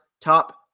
top